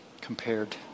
compared